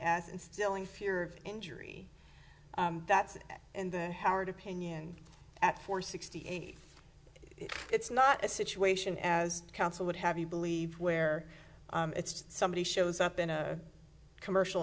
as instilling fear injury that's it and the howard opinion at four sixty eight is it's not a situation as counsel would have you believe where it's somebody shows up in a commercial